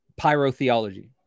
pyrotheology